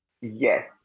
Yes